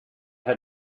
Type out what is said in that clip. had